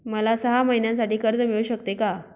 मला सहा महिन्यांसाठी कर्ज मिळू शकते का?